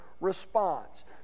response